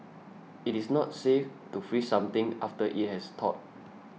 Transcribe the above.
it is not safe to freeze something after it has thawed